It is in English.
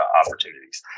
opportunities